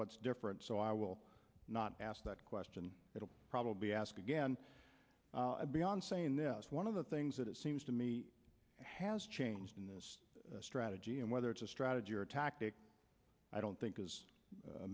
what's different so i will not ask that question it'll probably ask again beyond saying this one of the things that it seems to me has changed in this strategy and whether it's a strategy or tactic i don't think is